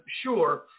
sure